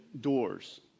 doors